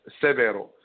severo